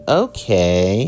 okay